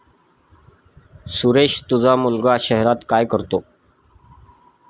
सुरेश तुझा मुलगा शहरात काय करतो